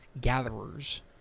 gatherers